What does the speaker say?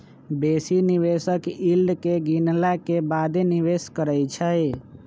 बेशी निवेशक यील्ड के गिनला के बादे निवेश करइ छै